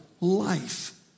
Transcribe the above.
life